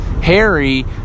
Harry